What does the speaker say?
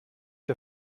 der